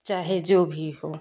चाहे जो भी हो